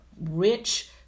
rich